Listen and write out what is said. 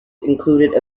included